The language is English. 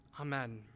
Amen